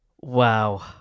Wow